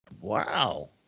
Wow